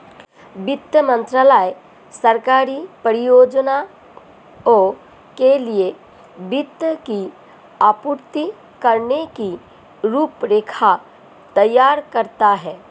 वित्त मंत्रालय सरकारी परियोजनाओं के लिए वित्त की आपूर्ति करने की रूपरेखा तैयार करता है